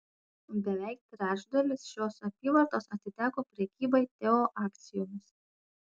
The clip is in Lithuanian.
beveik trečdalis šios apyvartos atiteko prekybai teo akcijomis